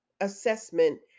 assessment